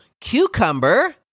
cucumber